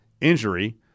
injury